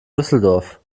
düsseldorf